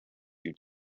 due